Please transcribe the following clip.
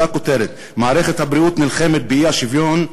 זו הכותרת: מערכת הבריאות נלחמת באי-שוויון.